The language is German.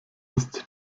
ist